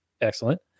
excellent